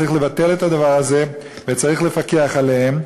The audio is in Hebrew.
צריך לבטל את הדבר הזה וצריך לפקח עליהם.